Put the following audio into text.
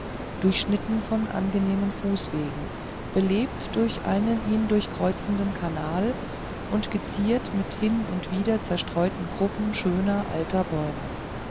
durchschnitten von angenehmen fußwegen belebt durch einen ihn durchkreuzenden kanal und geziert mit hin und wieder zerstreuten gruppen schöner alter bäume